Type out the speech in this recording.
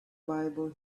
bible